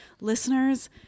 Listeners